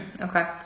Okay